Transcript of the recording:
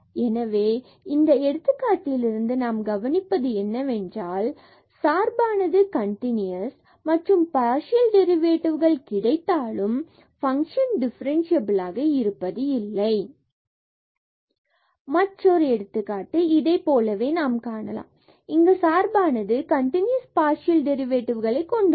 எனவே இந்த எடுத்துக்காட்டில் இருந்து நாம் கவனிப்பது என்னவென்றால் சார்பானது கண்டினுயஸ் மற்றும் பார்சியல் டெரிவேட்டிவ்கள் கிடைத்தாலும் ஃபங்ஷன் டிஃபரன்ஸ்சியபிலாக இருப்பது இல்லை மற்றொரு எடுத்துக்காட்டு இதைப்போலவே நாம் காணலாம் இங்கு சார்பானது கண்டினுயஸ் பார்சியல் டெரிவேட்டிவ்களை கொண்டுள்ளது